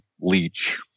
leech